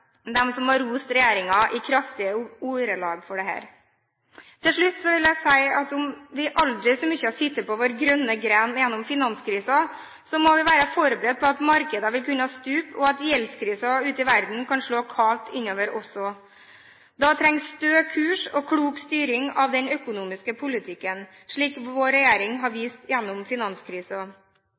dem som har rost regjeringen i kraftige ordelag for dette. Til slutt vil jeg si at om vi aldri så mye har sittet på vår grønne grein gjennom finanskrisen, må vi være forberedt på at markeder vil kunne stupe, og at gjeldskrisen ute i verden kan slå kaldt inn over oss. Da trengs stø kurs og klok styring av den økonomiske politikken, slik vår regjering har vist gjennom